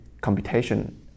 computation